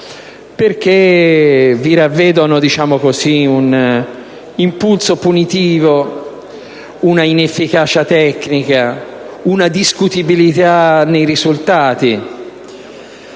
perché vi ravvedono un impulso punitivo, un'inefficacia tecnica, una discutibilità nei risultati.